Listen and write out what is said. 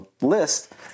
list